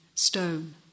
stone